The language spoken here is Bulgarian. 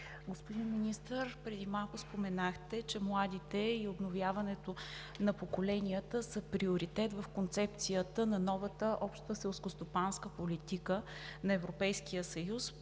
Господин Министър, преди малко споменахте, че младите и обновяването на поколенията са приоритет в концепцията на новата Обща селскостопанска политика на Европейския съюз